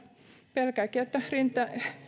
pelkäänkin että rinteen